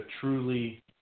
truly